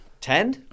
Ten